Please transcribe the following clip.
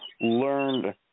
learned